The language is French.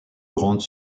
grandes